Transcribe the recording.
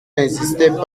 n’existaient